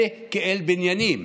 פוליטיקה משרתת את הפוליטיקה.